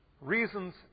reasons